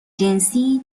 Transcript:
جنسی